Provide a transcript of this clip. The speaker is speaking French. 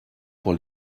pour